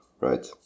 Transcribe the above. right